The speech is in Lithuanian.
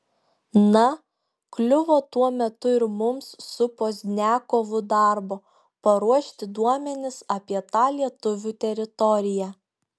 na kliuvo tuo metu ir mums su pozdniakovu darbo paruošti duomenis apie tą lietuvių teritoriją